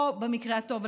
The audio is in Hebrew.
או במקרה הטוב,